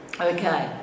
Okay